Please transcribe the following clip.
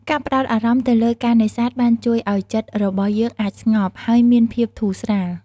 ការផ្តោតអារម្មណ៍ទៅលើការនេសាទបានជួយឱ្យចិត្តរបស់យើងអាចស្ងប់ ហើយមានភាពធូរស្រាល។